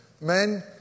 Men